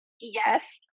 Yes